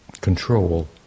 control